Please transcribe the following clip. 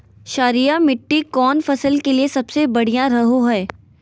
क्षारीय मिट्टी कौन फसल के लिए सबसे बढ़िया रहो हय?